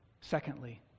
Secondly